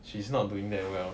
she's not doing that well